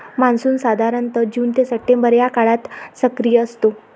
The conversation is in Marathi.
मान्सून साधारणतः जून ते सप्टेंबर या काळात सक्रिय असतो